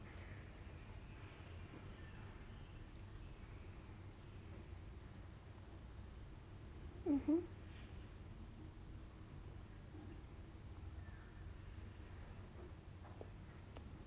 mmhmm